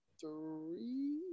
three